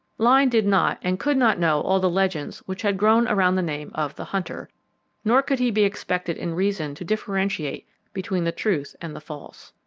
lyne did not and could not know all the legends which had grown around the name of the hunter nor could he be expected in reason to differentiate between the truth and the false.